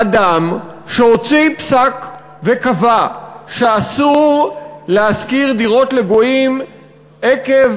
אדם שהוציא פסק וקבע שאסור להשכיר דירות לגויים עקב